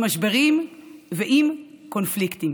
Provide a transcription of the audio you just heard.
עם משברים ועם קונפליקטים.